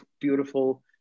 beautiful